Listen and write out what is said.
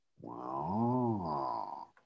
Wow